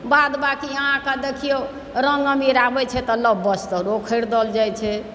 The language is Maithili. बाद बाँकी अहाँकेँ देखियौ रङ्ग अबीर आबैत छै तऽ नव वस्त्रो खरीदल जाइत छै